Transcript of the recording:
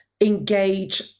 engage